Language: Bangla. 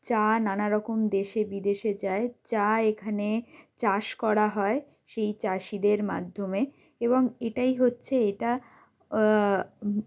চা নানারকম দেশে বিদেশে যায় চা এখানে চাষ করা হয় সেই চাষিদের মাধ্যমে এবং এটাই হচ্ছে এটা